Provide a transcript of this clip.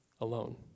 alone